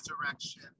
resurrection